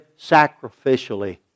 sacrificially